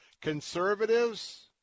Conservatives